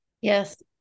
Yes